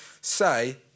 say